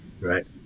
right